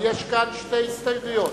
יש כאן שתי הסתייגויות,